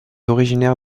originaire